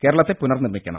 കേരളത്തെ പുനർനിർമ്മിക്കണം